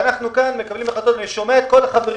אנחנו ממשיכים בנושא הבא,